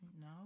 No